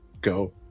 go